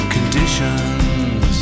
Conditions